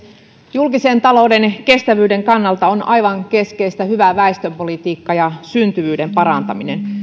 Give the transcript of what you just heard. julkisen talouden kestävyyden kannalta on aivan keskeistä hyvä väestöpolitiikka ja syntyvyyden parantaminen